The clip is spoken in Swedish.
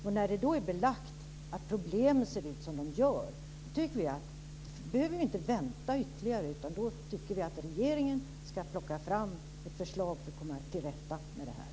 När det är belagt att problemen ser ut som de gör, tycker vi att vi inte ska behöva vänta ytterligare, utan då ska regeringen plocka fram ett förslag för att komma till rätta med detta.